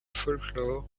folklore